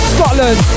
Scotland